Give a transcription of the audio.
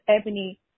Ebony